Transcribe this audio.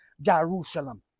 Jerusalem